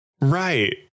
right